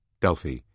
Delphi